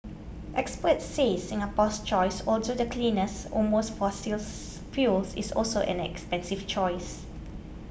experts say Singapore's choice although the cleanest among fossils fuels is also an expensive choice